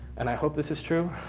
and i hope this is true,